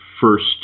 first